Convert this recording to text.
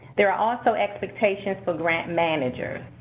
there are also expectations for grant managers.